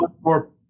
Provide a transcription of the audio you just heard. more